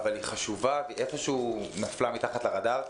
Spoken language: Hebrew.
אבל היא חשובה והיא איפשהו נפלה מתחת לרדאר,